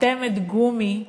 כחותמת גומי,